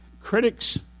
Critics